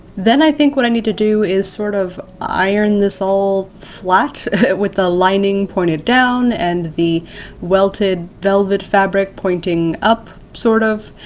then i think what i need to do is sort of iron this all flat with the lining pointed down and the welted velvet fabric pointing up sort of.